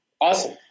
awesome